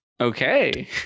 Okay